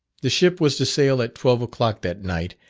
the ship was to sail at twelve o'clock that night,